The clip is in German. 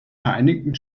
vereinigten